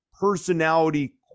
personality